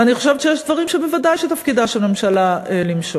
ואני חושבת שיש דברים שבהם בוודאי תפקידה של ממשלה למשול,